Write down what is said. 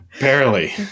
Barely